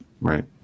Right